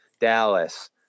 dallas